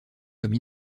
comme